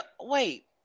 Wait